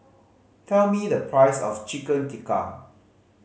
tell me the price of Chicken Tikka